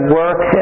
work